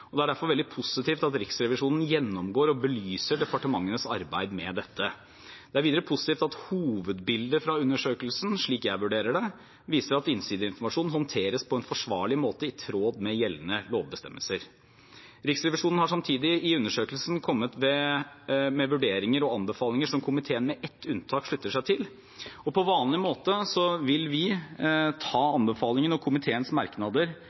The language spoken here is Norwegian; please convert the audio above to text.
Det er derfor veldig positivt at Riksrevisjonen gjennomgår og belyser departementenes arbeid med dette. Det er videre positivt at hovedbildet fra undersøkelsen, slik jeg vurderer det, viser at innsideinformasjon håndteres på en forsvarlig måte i tråd med gjeldende lovbestemmelser. Riksrevisjonen har samtidig i undersøkelsen kommet med vurderinger og anbefalinger som komiteen med ett unntak slutter seg til. Vi vil på vanlig måte ta anbefalingene og komiteens merknader